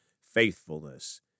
faithfulness